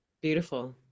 beautiful